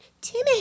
Timmy